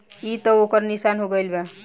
ई त ओकर निशान हो गईल बा